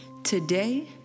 Today